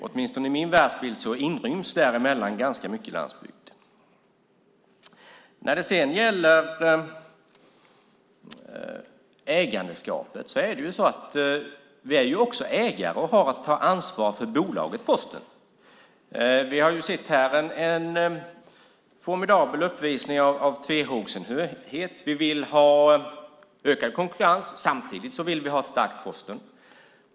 Åtminstone i min världsbild inryms däremellan ganska mycket landsbygd. Vi är ju också ägare och har att ta ansvar för bolaget Posten. Vi har här sett en formidabel uppvisning av tvehågsenhet. Man vill ha ökad konkurrens, och samtidigt vill man ha ett starkt Posten.